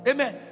Amen